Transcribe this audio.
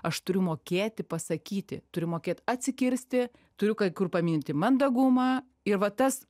aš turiu mokėti pasakyti turiu mokėt atsikirsti turiu kai kur paminti mandagumą ir va tas